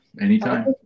anytime